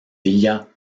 villa